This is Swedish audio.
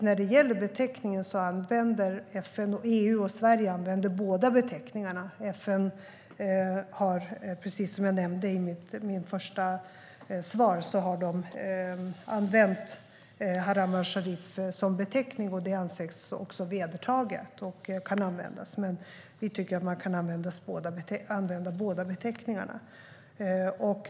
När det gäller beteckningen använder EU och Sverige båda beteckningarna. FN har, precis som jag nämnde i mitt första svar, använt Haram-al-Sharif som beteckning. Det anses också vedertaget och kan användas, men vi tycker att man kan använda båda beteckningarna.